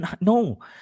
No